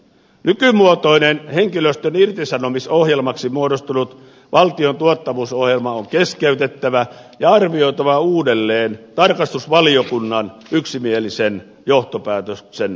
nykymuotoinen henkilöstön irtisanomisohjelmaksi muodostunut valtion tuottavuusohjelma on keskeytettävä ja arvioitava uudelleen tarkastusvaliokunnan yksimielisen johtopäätöksen mukaisesti